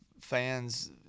fans